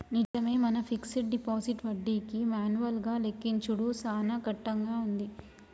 నిజమే మన fixed deposit వడ్డీకి మాన్యువల్ గా లెక్కించుడు సాన కట్టంగా ఉంది